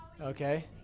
okay